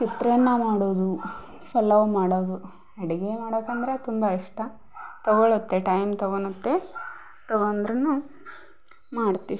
ಚಿತ್ರಾನ್ನ ಮಾಡೋದು ಪಲಾವ್ ಮಾಡೋದು ಅಡುಗೆ ಮಾಡೋಕಂದರೆ ತುಂಬ ಇಷ್ಟ ತೊಗೊಳ್ಳುತ್ತೆ ಟೈಮ್ ತೊಗೊಳುತ್ತೆ ತೊಗೊಂದ್ರು ಮಾಡ್ತೀವಿ